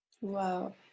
Wow